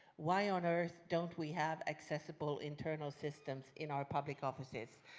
why on earth don't we have accessible internal systems in our public offices?